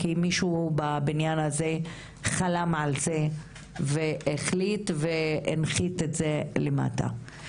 כי מישהו בבניין הזה חלם על זה בלילה והחליט ככה והנחית את זה למטה.